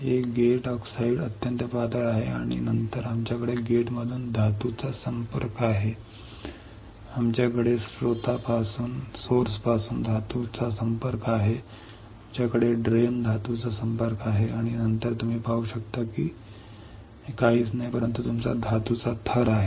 हे gate oxide अत्यंत पातळ आहे आणि नंतर आमच्याकडे गेटमधून धातूचा संपर्क आहे आमच्याकडे स्त्रोतापासून धातूचा संपर्क आहे आमच्याकडे ड्रेन तून धातूचा संपर्क आहे आणि नंतर तुम्ही पाहू शकता की हे काहीच नाही परंतु तुमचा धातूचा थर आहे